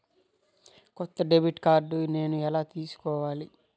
కొత్త debit card నేను ఎలా తీసుకోవాలి?